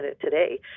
today